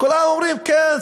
כולם אומרים: כן,